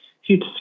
huge